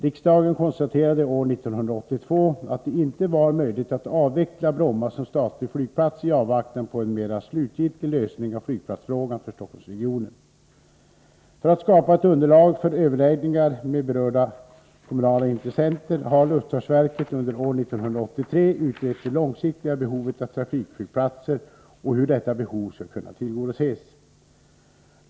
Riksdagen konstaterade år 1982 att det inte var möjligt att avveckla Bromma som statlig flygplats i avvaktan på en mera slutgiltig lösning av flygplatsfrågan för Stockholmsregionen. För att skapa ett underlag för överläggningar med berörda kommunala intressenter har luftfartsverket under år 1983 utrett det långsiktiga behovet av trafikflygplatser och hur detta behov skall kunna tillgodoses.